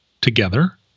together